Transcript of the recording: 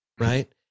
Right